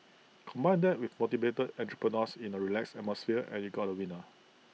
combine that with motivated entrepreneurs in A relaxed atmosphere and you got A winner